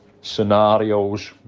scenarios